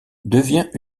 devient